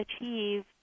achieve